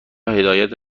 هدایت